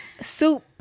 soup